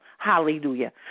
Hallelujah